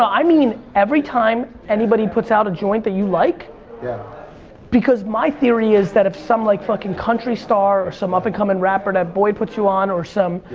i mean every time anybody puts out a joint that you like yeah because my theory is that is some like fucking country star or some up and coming rapper that boyd puts you on or some,